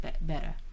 better